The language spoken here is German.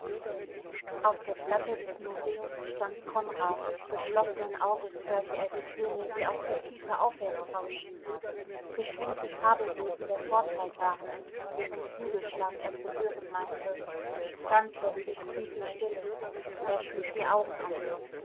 auf der treppe des museums stand konrad geschlossenen auges hörte er die töne die aus der tiefe aufwärts rauschten beschwingte fabelwesen der vorzeit waren es deren flügelschlag er zu hören meinte dann plötzlich tiefe stille er schlug die augen auf